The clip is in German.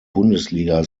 bundesliga